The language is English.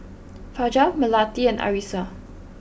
Fajar Melati and Arissa